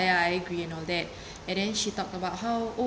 I agree and all that and then she talk about how